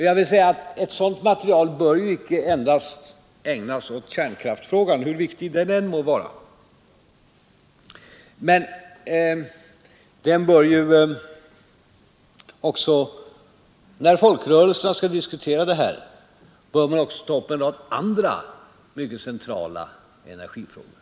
Jag vill säga att materialet icke endast bör ägnas åt kärnkraftfrågan hur viktig den än må vara. Där bör också, med tanke på att folkrörelserna skall diskutera detta, tas upp en rad andra mycket centrala energifrågor.